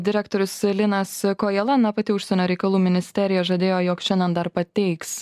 direktorius linas kojala na pati užsienio reikalų ministerija žadėjo jog šiandien dar pateiks